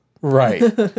right